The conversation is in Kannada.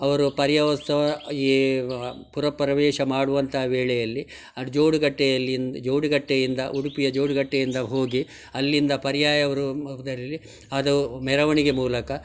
ಅವರು ಪರಿಯೋತ್ಸವ ಈ ಪುರಪ್ರವೇಶ ಮಾಡುವಂತಹ ವೇಳೆಯಲ್ಲಿ ಆ ಜೋಡುಗಟ್ಟೆಯಲ್ಲಿಂದ ಜೋಡುಗಟ್ಟೆಯಿಂದ ಉಡುಪಿಯ ಜೋಡುಗಟ್ಟೆಯಿಂದ ಹೋಗಿ ಅಲ್ಲಿಂದ ಪರ್ಯಾಯ ಅವರು ಇದರಲ್ಲಿ ಅದು ಮೆರವಣಿಗೆಯ ಮೂಲಕ